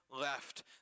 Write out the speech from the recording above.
left